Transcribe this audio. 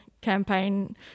campaign